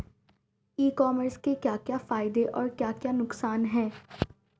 ई commerce के क्या क्या फायदे और क्या क्या नुकसान है?